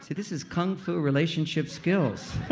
so this is kung fu relationship skills.